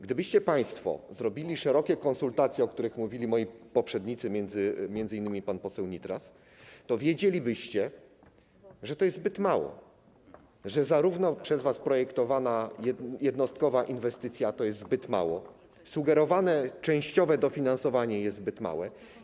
Gdybyście państwo zrobili szerokie konsultacje, o których mówili moi poprzednicy, m.in. pan poseł Nitras, to wiedzielibyście, że to jest zbyt mało, że zarówno projektowana przez was jednostkowa inwestycja jest zbyt mała, jak i sugerowane częściowe dofinansowanie jest zbyt małe.